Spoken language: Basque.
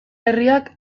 herriak